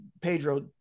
Pedro